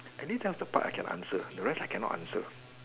only some of the part I can answer the rest I cannot answer